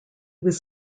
was